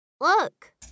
Look